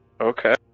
Okay